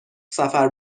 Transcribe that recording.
سفر